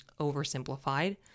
oversimplified